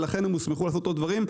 ולכן הם הוסמכו לעשות עוד דברים.